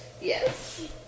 yes